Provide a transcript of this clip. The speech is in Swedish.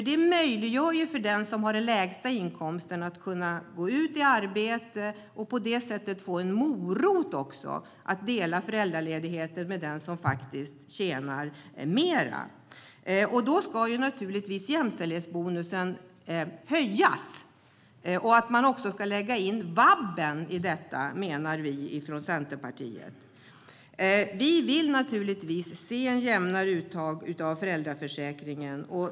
Den möjliggör ju för dem som har de lägsta inkomsterna att komma ut i arbete och på det sättet få en morot för att dela föräldraledigheten med den som tjänar mer. Därför ska jämställdhetsbonusen naturligtvis höjas och även omfattas av vabben, menar vi från Centerpartiet. Vi vill se ett jämnare uttag av föräldraförsäkringen.